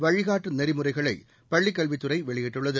வழிகாட்டு நெறிமுறைகளை பள்ளிக் கல்வித்துறை வெளியிட்டுள்ளது